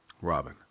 Robin